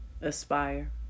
Aspire